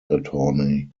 attorney